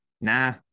nah